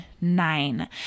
nine